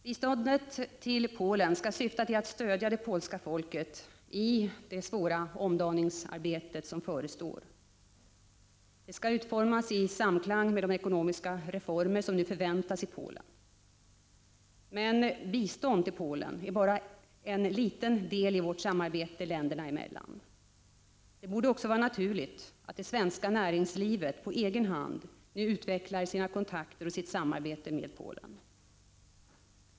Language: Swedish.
Biståndet till Polen skall syfta till att stödja det polska folket i det svåra omdaningsarbete som förestår. Det skall utformas i samklang med de ekonomiska reformer som nu förväntas i Polen. Men bistånd till Polen är bara en liten del i vårt samarbete länderna emellan. Det borde också vara naturligt att det svenska näringslivet på egen hand nu utvecklar sina kontakter och sitt samarbete med Polen.